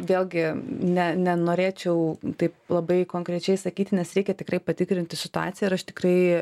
vėlgi ne nenorėčiau taip labai konkrečiai sakyti nes reikia tikrai patikrinti situaciją ir aš tikrai